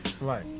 right